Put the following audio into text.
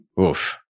Oof